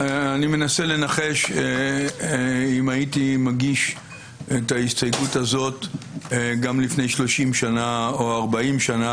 אני מנסה לנחש אם הייתי מגיש את ההסתייגות הזאת גם לפני 30 או 40 שנה,